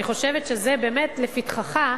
אני חושבת שזה באמת לפתחך,